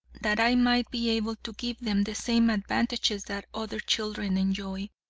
that i might be able to give them the same advantages that other children enjoy.